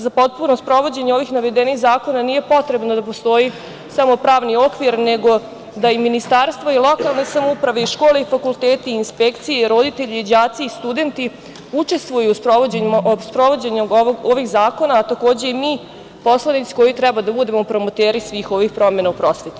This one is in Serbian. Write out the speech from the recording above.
Za potpuno sprovođenje ovih navedenih zakona nije potrebno da postoji samo pravni okvir, nego da i ministarstvo, i lokalne samouprave, i škole, i fakulteti, i inspekcije, i roditelji, i đaci i studenti učestvuju u sprovođenju ovih zakona, a takođe i mi, poslanici koji treba da budemo promoteri svih ovih promena u prosveti.